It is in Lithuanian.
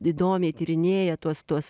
įdomiai tyrinėja tuos tuos